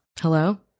Hello